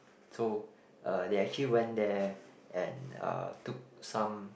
so uh they actually went there and uh took some